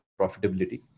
profitability